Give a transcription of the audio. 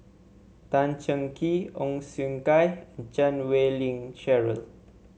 Tan Cheng Kee Ong Siong Kai and Chan Wei Ling Cheryl